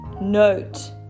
note